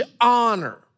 honor